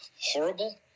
horrible